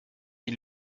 den